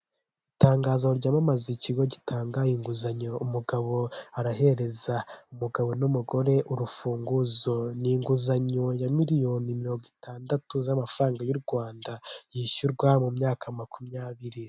Itangazo ryamamaza ikigo gitanga inguzanyo, umugabo arahereza umugabo n'umugore urufunguzo, ni inguzanyo ya miliyoni mirongo itandatu z'amafaranga y'u Rwanda yishyurwa mu myaka makumyabiri.